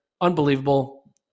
unbelievable